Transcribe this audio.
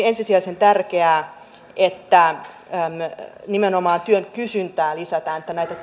ensisijaisen tärkeää että nimenomaan työn kysyntää lisätään että näitä